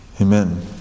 Amen